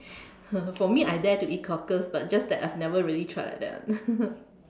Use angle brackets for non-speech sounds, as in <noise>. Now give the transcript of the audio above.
<laughs> for me I dare to eat cockles but just that I've never really tried like that one <laughs>